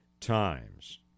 times